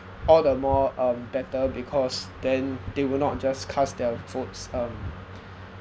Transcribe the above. all the more um better because then they will not just cast their votes um